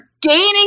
gaining